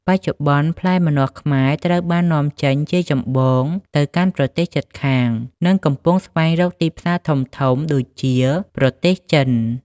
បច្ចុប្បន្ន ផ្លែម្នាស់ខ្មែរត្រូវបាននាំចេញជាចម្បងទៅកាន់ប្រទេសជិតខាង និងកំពុងស្វែងរកទីផ្សារធំៗដូចជា ប្រទេសចិន។